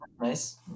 Nice